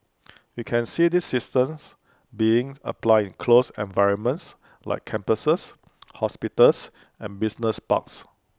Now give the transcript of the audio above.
we can see these systems being applied in closed environments like campuses hospitals and business parks